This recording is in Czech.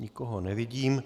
Nikoho nevidím.